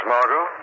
Margot